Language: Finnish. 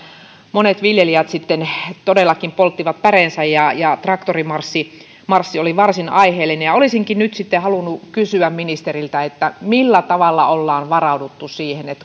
monet viljelijät sitten todellakin polttivat päreensä ja ja traktorimarssi oli varsin aiheellinen olisinkin nyt halunnut kysyä ministeriltä millä tavalla on varauduttu siihen että